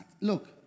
Look